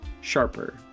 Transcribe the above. sharper